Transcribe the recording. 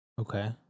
Okay